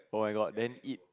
oh my god then eat